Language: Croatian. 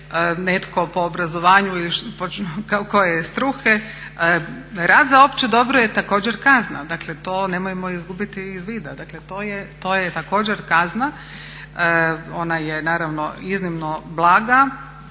netko po obrazovanju ili koje je struke. Rad za opće dobro je također kazna. Dakle, to nemojmo izgubiti iz vida. Dakle, to je također kazna. Ona je naravno iznimno blaga,